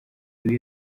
ibi